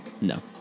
No